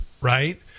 right